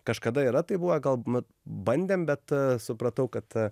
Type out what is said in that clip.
kažkada yra taip buvę gal m bandėm bet supratau kad